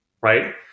right